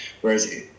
Whereas